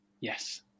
Yes